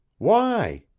why?